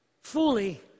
fully